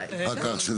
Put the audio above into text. כן, לפי שעות.